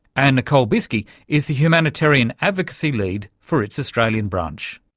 and nicole bieske is the humanitarian advocacy lead for its australian branch.